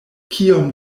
kiom